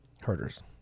herders